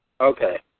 Okay